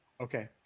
Okay